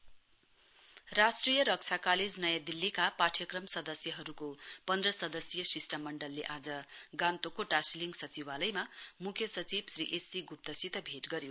national defence college राष्ट्रिय रक्षा college नयाँ दिल्लीका पाठ्यक्रम सदस्यहरूको पन्द्र सदस्यीय शिष्टमण्डलले आज गान्तोकको टाशीलिङ सचिवालयमा मुख्य सचिव श्री एससी गुप्तसित भेट गरे